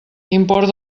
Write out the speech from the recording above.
import